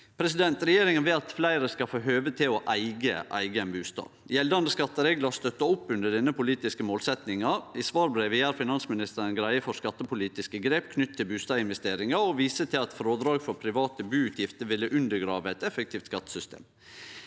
leiemarkedet Regjeringa vil at fleire skal få høve til å eige eigen bustad. Gjeldande skattereglar støttar opp under denne politiske målsettinga. I svarbrevet gjer finansministeren greie for skattepolitiske grep knytt til bustadinvesteringar og viser til at frådrag for private buutgifter ville ha undergrave eit effektivt skattesystem.